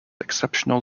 exceptional